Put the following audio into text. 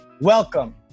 welcome